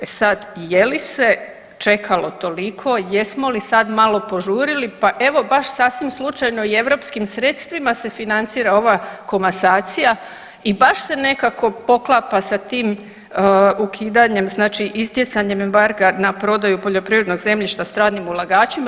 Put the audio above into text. E sad, je li se čekalo toliko, jesmo li sad malo požurili pa evo baš sasvim slučajno i europskim sredstvima se financira ova komasacija i baš se nekako poklapa sa tim ukidanjem znači istjecanjem embarga na prodaju poljoprivrednog zemljišta stranim ulagačima.